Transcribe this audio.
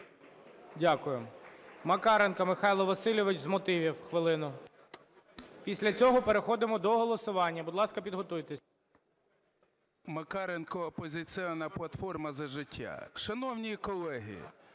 Дякую. Макаренко Михайло Васильович, з мотивів хвилину. Після цього переходимо до голосування, будь ласка, підготуйтесь. 13:18:28 МАКАРЕНКО М.В. Макаренко, "Опозиційна платформа - За життя". Шановні колеги,